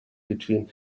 between